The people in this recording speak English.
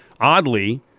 oddly